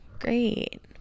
Great